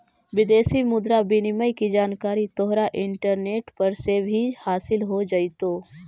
विदेशी मुद्रा विनिमय की जानकारी तोहरा इंटरनेट पर से भी हासील हो जाइतो